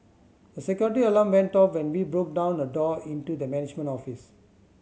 a security alarm went off when we broke down a door into the management office